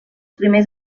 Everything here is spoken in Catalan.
primers